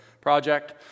project